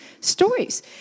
stories